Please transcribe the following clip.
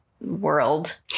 world